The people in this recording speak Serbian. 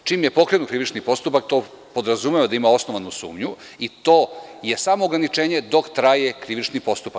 Čim je pokrenut krivični postupak, to podrazumeva da ima osnovnu sumnju i to je samo ograničenje dok traje krivični postupak.